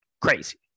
crazy